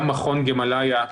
גם מכון גאמאליה,